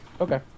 Okay